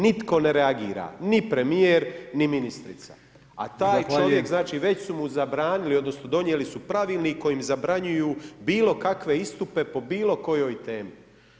Nitko ne reagira, ni premijer, ni ministrica [[Upadica Brkić: Zahvaljujem.]] a taj čovjek znači već su mu zabranili odnosno donijeli su Pravilnik kojim zabranjuju bilo kakve istupe po bilo kojoj temi.